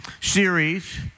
series